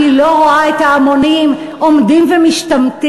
שאני לא רואה את ההמונים עומדים ומשתמטים.